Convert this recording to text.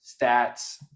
stats